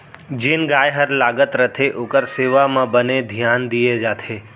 जेन गाय हर लागत रथे ओकर सेवा म बने धियान दिये जाथे